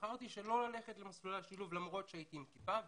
ובחרתי שלא ללכת למסלולי השילוב למרות שהייתי עם כיפה,